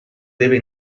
deve